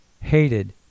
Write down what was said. hated